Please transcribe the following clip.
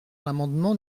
l’amendement